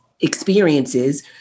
experiences